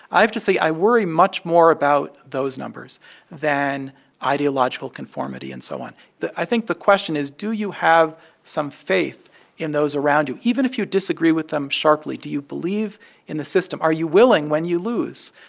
i have to say. i worry much more about those numbers than ideological conformity and so on i think the question is, do you have some faith in those around you? even if you disagree with them sharply, do you believe in the system? are you willing, when you lose,